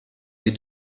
des